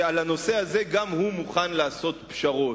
שעל הנושא הזה גם הוא מוכן לעשות פשרות.